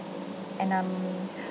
and um